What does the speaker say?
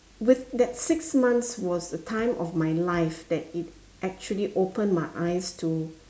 with that six months was the time of my life that it actually opened my eyes to